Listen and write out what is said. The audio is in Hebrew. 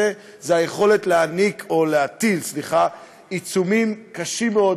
היא היכולת להטיל עיצומים קשים מאוד,